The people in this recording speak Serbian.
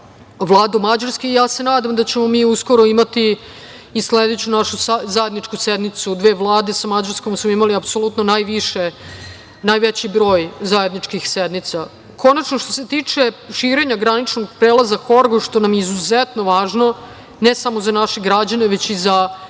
Vladom Mađarske. Ja se nadam da ćemo mi uskoro imati i sledeću našu zajedničku sednicu dve vlade. Sa Mađarskom smo imali apsolutno najveći broj zajedničkih sednica. Konačno, što se tiče širenja graničnog prelaza Horgoš, to nam je izuzetno važno, ne samo za naše građane, već i za